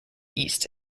east